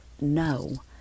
No